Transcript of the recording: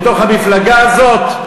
בתוך המפלגה הזאת?